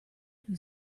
who